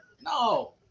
No